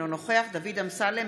אינו נוכח דוד אמסלם,